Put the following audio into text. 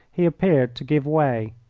he appeared to give way.